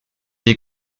est